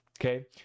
okay